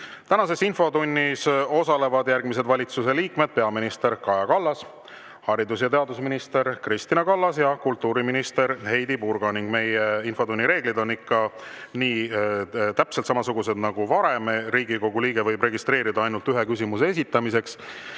Tänases infotunnis osalevad järgmised valitsuse liikmed: peaminister Kaja Kallas, haridus- ja teadusminister Kristina Kallas ja kultuuriminister Heidy Purga. Meie infotunni reeglid on ikka täpselt samasugused nagu varem. Riigikogu liige võib end registreerida ainult ühe küsimuse esitamiseks.